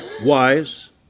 wise